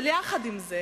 אבל יחד עם זה